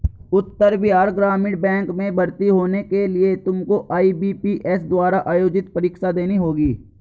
उत्तर बिहार ग्रामीण बैंक में भर्ती होने के लिए तुमको आई.बी.पी.एस द्वारा आयोजित परीक्षा देनी होगी